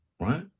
right